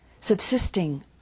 subsisting